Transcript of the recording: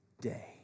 day